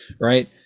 right